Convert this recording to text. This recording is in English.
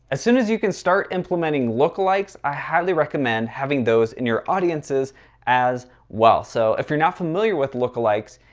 as soon as you can start implementing look alikes, i highly recommend having those in your audiences as well. so if you're not familiar with look alikes,